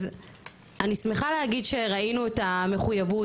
אז אני שמחה להגיד שראינו את המחויבות